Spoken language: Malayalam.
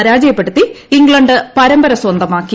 പരാജയപ്പെടുത്തി ഇംഗ്ലണ്ട് പരമ്പര സ്വന്തമാക്കി